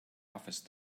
office